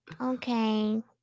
Okay